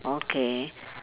okay